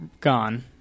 gone